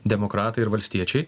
demokratai ir valstiečiai